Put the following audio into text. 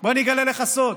אדוני השר,